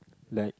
like